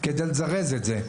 כדי לזרז את זה.